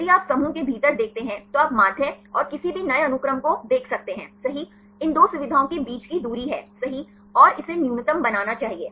यदि आप समूहों के भीतर देखते हैं तो आप माध्य और किसी भी नए अनुक्रम को सही देख सकते हैं इन दो सुविधाओं के बीच की दूरी है सही और इसे न्यूनतम बनाना चाहिए